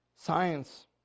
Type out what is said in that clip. Science